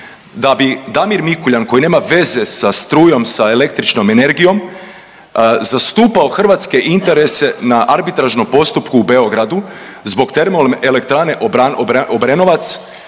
da bi Damir Mikuljan koji nema veze sa strujom, sa električnom energijom zastupao hrvatske interese na arbitražnom postupku u Beogradu zbog termo elektrane Obrenovac,